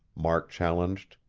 mark challenged.